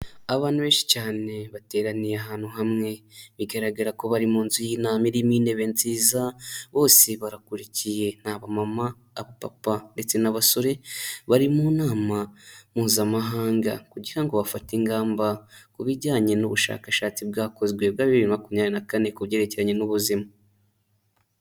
Abantu benshi cyane bateraniye ahantu hamwe. Bigaragara ko bari mu nzu y'inama irimo intebe nziza, bose barakurikiye. Ni aba mama, aba papa ndetse n'abasore, bari mu nama mpuzamahanga kugira ngo bafate ingamba ku bijyanye n'ubushakashatsi bwakozwe bwa bibiri na makumyabiri na kane ku byerekeranye n'ubuzima.